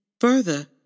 Further